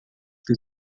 que